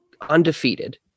undefeated